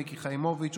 מיקי חיימוביץ',